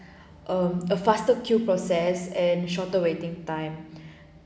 a a faster queue process and shorter waiting time